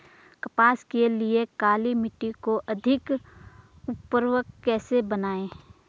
कपास के लिए काली मिट्टी को अधिक उर्वरक कैसे बनायें?